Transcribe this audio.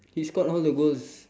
he scored all the goals